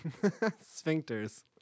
Sphincters